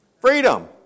Freedom